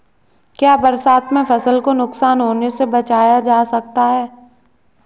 क्या बरसात में फसल को नुकसान होने से बचाया जा सकता है?